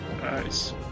nice